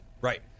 Right